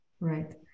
right